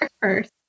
first